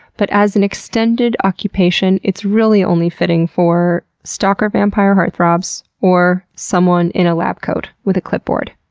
but as an extended occupation, it's really only fitting for stalker vampire heartthrobs or someone in a lab coat with a clipboard